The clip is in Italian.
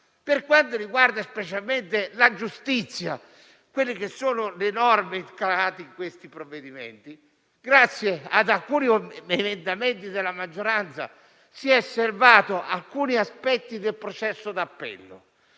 per quanto riguarda specificamente la giustizia e le norme contenute nel provvedimento, grazie ad alcuni emendamenti della maggioranza, si sono serbati alcuni aspetti del processo d'appello,